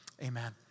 amen